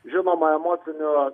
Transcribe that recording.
žinoma emociniu